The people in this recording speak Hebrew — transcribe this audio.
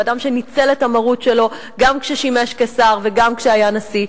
בן-אדם שניצל את המרות שלו גם כששימש כשר וגם כשהיה נשיא.